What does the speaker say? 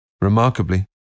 Remarkably